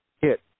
hit